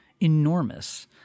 enormous